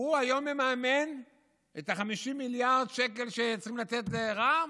הוא היום מממן את ה-50 מיליארד שקל שצריכים לתת לרע"מ.